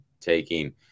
taking